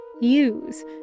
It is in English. Use